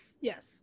yes